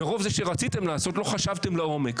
מרוב שרציתם לעשות לא חשבתם לעומק,